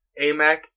Amac